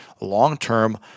long-term